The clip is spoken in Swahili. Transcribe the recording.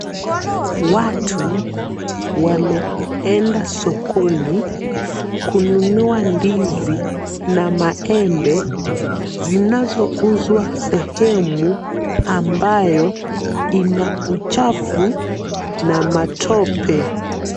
Watu wameenda sokoni kununua ndizi na maembe zinazouzwa sehemu ambayo ina uchafu na matope.